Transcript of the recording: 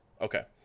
Okay